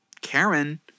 Karen